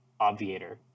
obviator